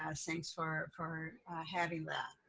ah thanks for for having that.